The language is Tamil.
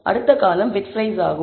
அடுத்த காலம்ன் பிட் பிரைஸ் ஆகும்